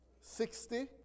sixty